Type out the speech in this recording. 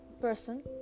person